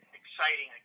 exciting